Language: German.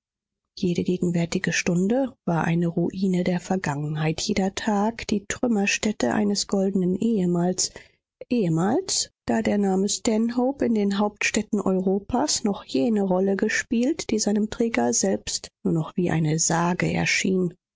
jede gegenwärtige stunde war eine ruine der vergangenheit jeder tag die trümmerstätte eines goldenen ehemals ehemals da der name stanhope in den hauptstädten europas noch jene rolle gespielt die seinem träger selbst nur noch wie eine sage erschien